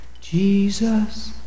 Jesus